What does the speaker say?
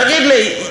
תגיד לי,